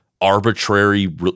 arbitrary